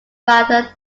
rather